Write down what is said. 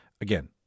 Again